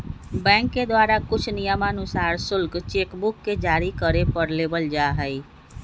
bank के द्वारा कुछ नियमानुसार शुल्क चेक बुक के जारी करे पर लेबल जा हई